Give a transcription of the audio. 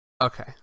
Okay